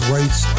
Rights